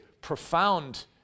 profound